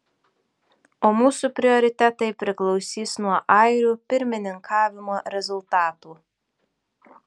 o mūsų prioritetai priklausys nuo airių pirmininkavimo rezultatų